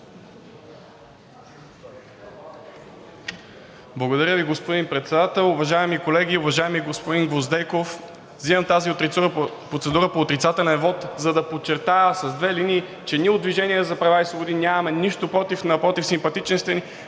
Благодаря Ви, господин Председател. Уважаеми колеги, уважаеми господин Гвоздейков, взимам тази процедура по отрицателен вот, за да подчертая с две линии, че ние от „Движение за права и свободи“ нямаме нищо против. Напротив, симпатичен сте ни,